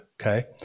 okay